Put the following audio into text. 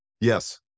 Yes